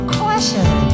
question